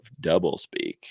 doublespeak